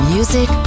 Music